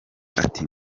ati